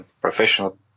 professional